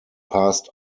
passed